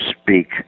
speak